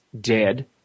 dead